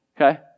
Okay